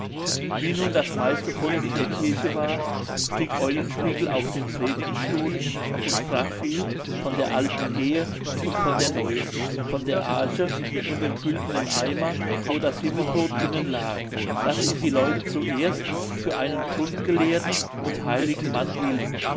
wie nun das meiste volk in der kirche war stieg eulenspiegel auf den predigtstuhl und sprach viel von der alten ehe und von der neuen von der arche und dem güldenen eimer wo das himmelbrod innen lag daß ihn die leute zuerst für einen grundgelehrten und heiligen mann hielten